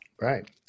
Right